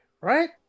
Right